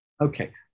Okay